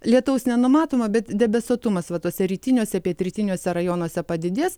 lietaus nenumatoma bet debesuotumas va tuose rytiniuose pietrytiniuose rajonuose padidės